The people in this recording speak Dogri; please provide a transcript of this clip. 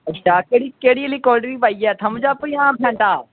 अच्छा केह्ड़ी आह्ली कोल्ड ड्रिंक पाई ऐ थम्स अप जां लिम्का